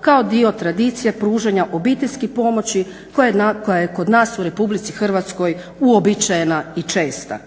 kao dio tradicije pružanja obiteljske pomoći koja je kod nas u RH uobičajena i česta.